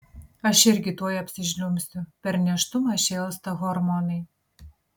aš irgi tuoj apsižliumbsiu per nėštumą šėlsta hormonai